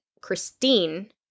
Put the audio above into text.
Christine